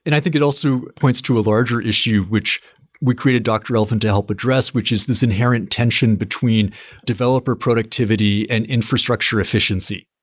and i think it also points to a larger issue, which we created dr. elephant to help address, which is this inherent tension between developer productivity and infrastructure efficiency.